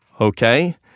Okay